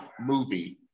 movie